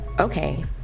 Okay